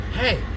hey